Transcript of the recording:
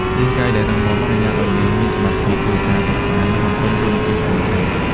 រាងកាយដែលរឹងមាំអនុញ្ញាតឱ្យយើងមានសមត្ថភាពធ្វើការ សិក្សា និងបំពេញតួនាទីផ្សេងៗ។